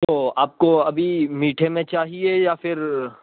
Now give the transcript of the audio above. تو آپ کو ابھی میٹھے میں چاہیے یا پھر